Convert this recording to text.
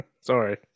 sorry